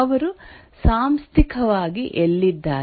ಅವರು ಸಾಂಸ್ಥಿಕವಾಗಿ ಎಲ್ಲಿದ್ದಾರೆ